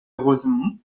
rosemont